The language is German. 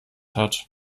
hat